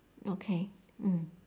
okay mm